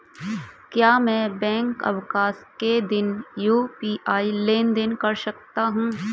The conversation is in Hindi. क्या मैं बैंक अवकाश के दिन यू.पी.आई लेनदेन कर सकता हूँ?